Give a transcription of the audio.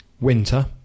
winter